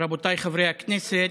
רבותיי חברי הכנסת,